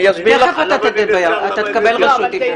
תכף אתה תקבל רשות דיבור.